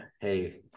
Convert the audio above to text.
hey